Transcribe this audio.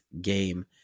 game